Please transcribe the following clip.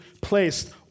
placed